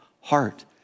heart